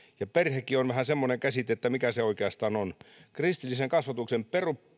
ja perhekin on vähän semmoinen käsite että mikä se oikeastaan on kristillisen kasvatuksen